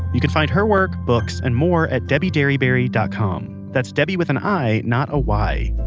you can find her work, books, and more at debiderryberry dot com. that's debi with an i not a y.